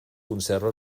conserva